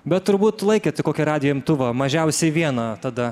bet turbūt laikėte kokį radijo imtuvą mažiausiai vieną tada